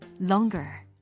Longer